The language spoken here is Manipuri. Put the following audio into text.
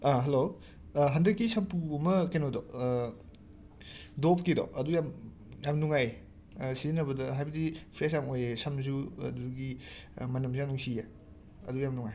ꯍꯜꯂꯣ ꯍꯟꯗꯛꯀꯤ ꯁꯝꯄꯨ ꯑꯃ ꯀꯩꯅꯣꯗꯣ ꯗꯣꯞꯀꯤꯗꯣ ꯑꯗꯨ ꯌꯥꯝ ꯌꯥꯝ ꯅꯨꯡꯉꯥꯏꯌꯦ ꯁꯤꯖꯟꯅꯕꯗ ꯍꯥꯏꯕꯗꯤ ꯐ꯭ꯔꯦꯁ ꯌꯥꯝ ꯑꯣꯏꯌꯦ ꯁꯝꯖꯨ ꯑꯗꯨꯗꯒꯤ ꯃꯅꯝꯗꯣ ꯌꯥꯝ ꯅꯨꯡꯁꯤꯌꯦ ꯑꯗꯨ ꯌꯥꯝ ꯅꯨꯡꯉꯥꯏ